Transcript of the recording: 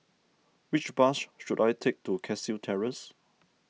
which bus should I take to Cashew Terrace